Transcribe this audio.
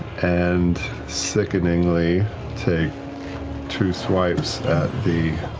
and sickeningly take two swipes at the